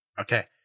Okay